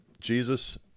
Jesus